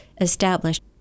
established